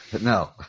No